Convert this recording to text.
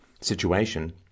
situation